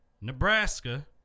nebraska